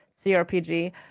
CRPG